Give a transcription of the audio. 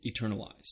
eternalized